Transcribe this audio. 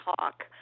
talk